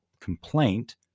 complaint